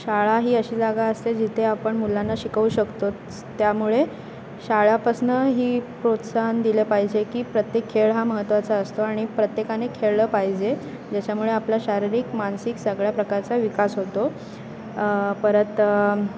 शाळा ही अशी जागा असते जिथे आपण मुलांना शिकवू शकतो त्यामुळे शाळेपासनं ही प्रोत्साहन दिलं पाहिजे की प्रत्येक खेळ हा महत्त्वाचा असतो आणि प्रत्येकाने खेळलं पाहिजे ज्याच्यामुळे आपला शारीरिक मानसिक सगळ्या प्रकारचा विकास होतो परत